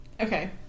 Okay